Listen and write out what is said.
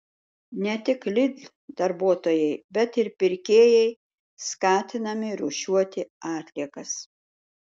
ne tik lidl darbuotojai bet ir pirkėjai skatinami rūšiuoti atliekas